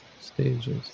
stages